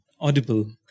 audible